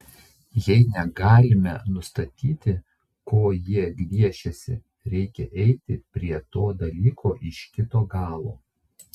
jei negalime nustatyti ko jie gviešiasi reikia eiti prie to dalyko iš kito galo